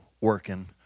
working